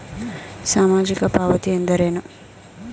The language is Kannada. ಸಾಮಾಜಿಕ ಪಾವತಿ ಎಂದರೇನು?